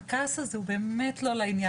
הכעס הזה הוא באמת לא לעניין.